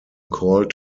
called